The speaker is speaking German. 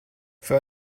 für